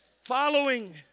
Following